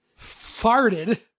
farted